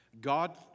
God